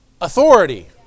Authority